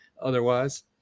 otherwise